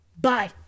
Bye